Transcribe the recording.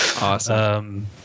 Awesome